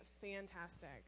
fantastic